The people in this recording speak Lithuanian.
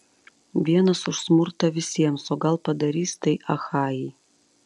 vienas už smurtą visiems o gal padarys tai achajai